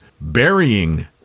burying